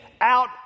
out